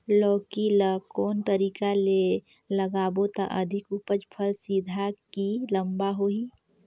लौकी ल कौन तरीका ले लगाबो त अधिक उपज फल सीधा की लम्बा होही?